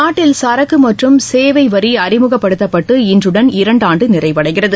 நாட்டில் சரக்கு மற்றும் சேவை வரி அறிமுகப்படுத்தப்பட்டு இன்றுடன் இரண்டு ஆண்டு நிறைவடைகிறது